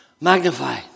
Magnify